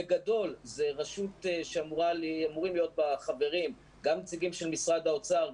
בגדול מדובר ברשות שאמורים להיות בה חברים ממשרד האוצר,